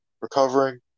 recovering